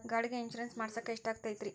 ಗಾಡಿಗೆ ಇನ್ಶೂರೆನ್ಸ್ ಮಾಡಸಾಕ ಎಷ್ಟಾಗತೈತ್ರಿ?